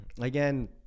again